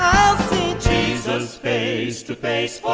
i'll see jesus face to face